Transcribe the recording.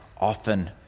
often